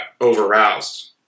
overroused